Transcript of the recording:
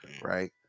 right